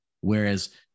Whereas